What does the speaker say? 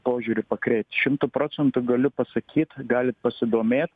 požiūriu pakreipt šimtu procentu galiu pasakyt galit pasidomėt